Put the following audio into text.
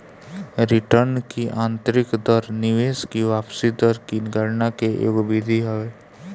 return की आतंरिक दर निवेश की वापसी दर की गणना के एगो विधि हवे